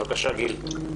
בבקשה, גיל.